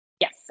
Yes